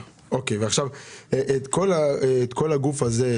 כל הגוף הזה,